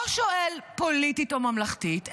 לא שואל פוליטית או ממלכתית,